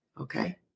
Okay